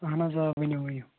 اہن حظ آ ؤنِو ؤنِو